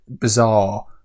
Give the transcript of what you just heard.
bizarre